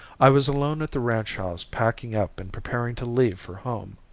i was alone at the ranch house packing up and preparing to leave for home.